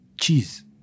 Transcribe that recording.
Cheese